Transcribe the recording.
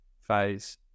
phase